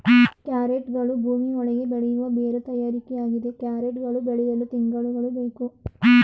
ಕ್ಯಾರೆಟ್ಗಳು ಭೂಮಿ ಒಳಗೆ ಬೆಳೆಯುವ ಬೇರು ತರಕಾರಿಯಾಗಿದೆ ಕ್ಯಾರೆಟ್ ಗಳು ಬೆಳೆಯಲು ತಿಂಗಳುಗಳು ಬೇಕು